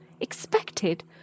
expected